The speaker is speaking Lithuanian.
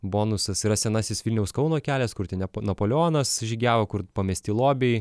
bonusas yra senasis vilniaus kauno kelias kur ten nep napoleonas žygiavo kur pamesti lobiai